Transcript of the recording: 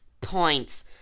points